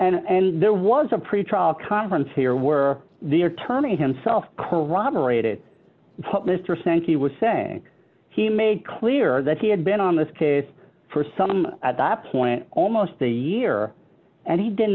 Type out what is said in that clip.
and there was a pretrial conference here were the attorney himself corroborated what mr sankey was saying he made clear that he had been on this case for some at that point almost a year and he did